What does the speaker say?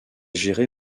géré